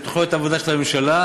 אלה תוכניות עבודה של הממשלה,